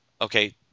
Okay